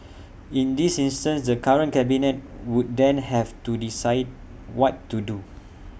in this instance the current cabinet would then have to decide what to do